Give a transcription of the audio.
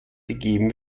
begeben